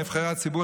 נבחרי הציבור,